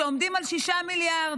שעומדים על 6 מיליארד: